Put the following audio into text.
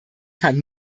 kann